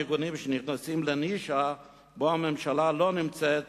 ארגונים שנכנסים לנישה שבה הממשלה לא נמצאת